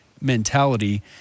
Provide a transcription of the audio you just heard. mentality